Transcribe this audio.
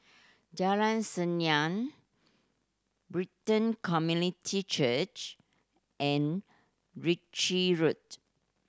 Jalan Senyum Brighton Community Church and Ritchie Road